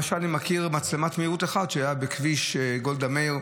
למשל אני מכיר מצלמת מהירות אחת שהייתה בכביש גולדה מאיר,